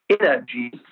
energy